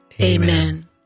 Amen